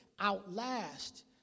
outlast